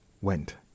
went